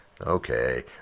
Okay